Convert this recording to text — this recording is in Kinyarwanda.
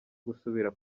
gusubira